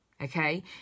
okay